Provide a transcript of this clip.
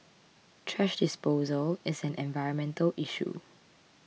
thrash disposal is an environmental issue